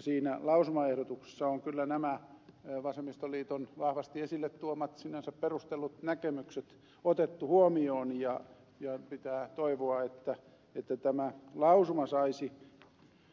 siinä lausumaehdotuksessa on kyllä nämä vasemmistoliiton vahvasti esille tuomat sinänsä perustellut näkemykset otettu huomioon ja pitää toivoa että tämä lausuma saisi